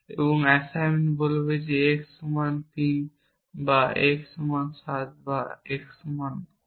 এবং অ্যাসাইনমেন্ট বলবে x সমান 3 বা x সমান 7 বা x সমান 20